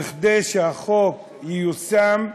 כדי שהחוק ייושם,